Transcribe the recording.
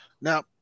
Now